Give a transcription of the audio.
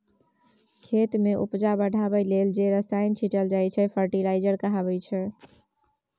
खेत मे उपजा बढ़ाबै लेल जे रसायन छीटल जाइ छै फर्टिलाइजर कहाबै छै